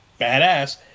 badass